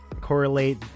correlate